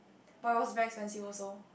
but it was very expensive also